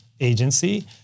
agency